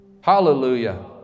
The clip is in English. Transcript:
Hallelujah